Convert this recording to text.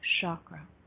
chakra